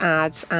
ads